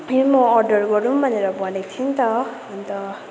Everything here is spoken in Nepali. यहीँ म अर्डर गरौँ भनेर भनेको थिएँ नि त अन्त